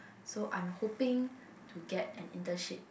so I'm hoping to get an internship